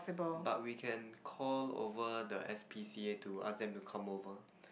but we can call over the S_P_C_A to ask them to come over